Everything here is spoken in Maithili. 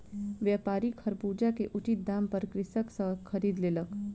व्यापारी खरबूजा के उचित दाम पर कृषक सॅ खरीद लेलक